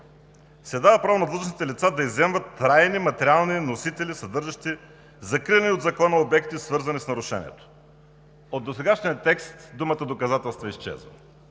се дава право на длъжностните лица да изземват трайни материални носители, съдържащи закриляни от закона обекти, свързани с нарушението. От досегашния текст думата „доказателства“ изчезва.